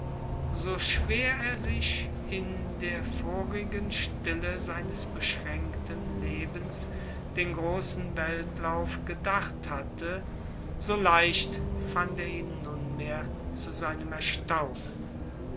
so schwer er sich in der vorigen stille seines beschränkten lebens den großen weltlauf gedacht hatte so leicht fand er ihn nunmehr zu seinem erstaunen